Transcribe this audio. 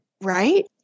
right